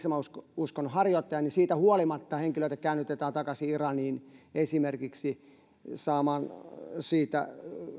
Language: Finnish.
islaminuskon harjoittajia niin siitä huolimatta henkilöitä käännytetään takaisin iraniin esimerkiksi saamaan siitä